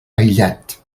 aïllat